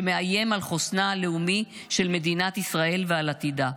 שמאיים על חוסנה הלאומי של מדינת ישראל ועל עתידה.